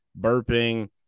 burping